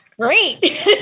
great